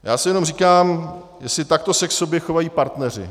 Já si jenom říkám, jestli takto se k sobě chovají partneři.